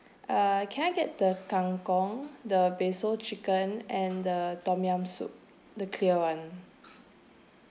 uh can I get the kangkong the basil chicken and the tom yam soup the clear [one]